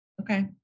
Okay